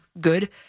good